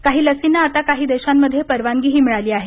काही लसींना आता काही देशांमध्ये परवानगीही मिळाली आहे